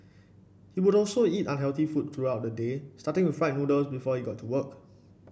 he would also eat unhealthy food throughout the day starting with fried noodles before he got to work